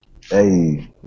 Hey